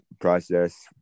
process